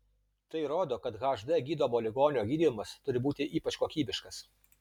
tai rodo kad hd gydomo ligonio gydymas turi būti ypač kokybiškas